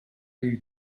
you